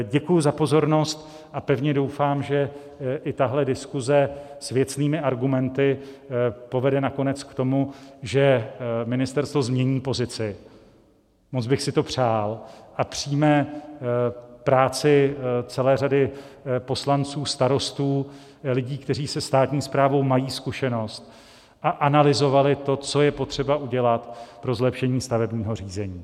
Děkuji za pozornost a pevně doufám, že i tahle diskuze s věcnými argumenty povede nakonec k tomu, že ministerstvo změní pozici moc bych si to přál a přijme práci celé řady poslanců, starostů, lidí, kteří se státní správou mají zkušenost a analyzovali to, co je potřeba udělat pro zlepšení stavebního řízení.